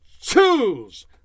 choose